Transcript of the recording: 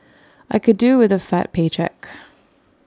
I could do with A fat paycheck